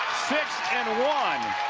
six and one